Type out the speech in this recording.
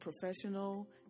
professional